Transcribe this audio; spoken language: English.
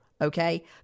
okay